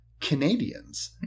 Canadians